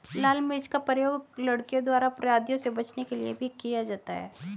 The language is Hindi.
लाल मिर्च का प्रयोग लड़कियों द्वारा अपराधियों से बचने के लिए भी किया जाता है